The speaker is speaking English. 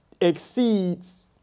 exceeds